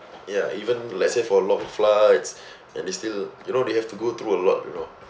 ya even let's say for long flights and they still you know they have to go through a lot you know